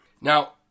Now